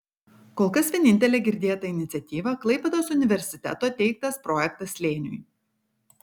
kol kas vienintelė girdėta iniciatyva klaipėdos universiteto teiktas projektas slėniui